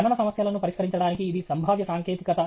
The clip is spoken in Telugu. గణన సమస్యలను పరిష్కరించడానికి ఇది సంభావ్య సాంకేతికత